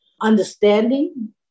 understanding